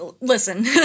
Listen